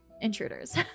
intruders